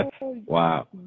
wow